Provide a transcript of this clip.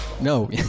No